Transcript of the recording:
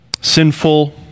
sinful